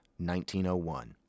1901